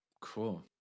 Cool